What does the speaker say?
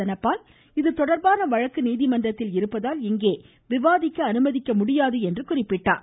தனபால் இதுதொடர்பான வழக்கு நீதிமன்றத்தில் இருப்பதால் இங்கே விவாதிக்க அனுமதிக்க முடியாது என்று குறிப்பிட்டார்